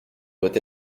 doit